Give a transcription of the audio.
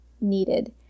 needed